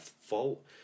fault